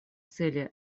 цели